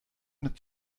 mit